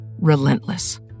relentless